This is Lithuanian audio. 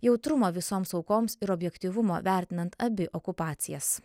jautrumo visoms aukoms ir objektyvumo vertinant abi okupacijas